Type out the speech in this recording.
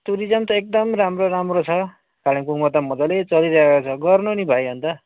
tourism त एकदम राम्रो राम्रो छ कालिम्पोङमा त मजाले चलिरहेको छ गर्नु नि भाइ अन्त